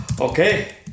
Okay